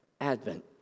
Advent